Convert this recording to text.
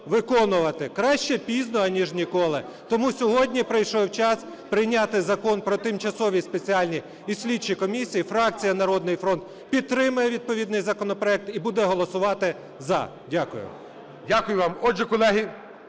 виконувати, краще пізно, аніж ніколи. Тому сьогодні прийшов час прийняти закон про тимчасові спеціальні і слідчі комісії. Фракція "Народний фронт" підтримує відповідний законопроект і буде голосувати "за". Дякую. ГОЛОВУЮЧИЙ. Дякую вам. Отже, колеги,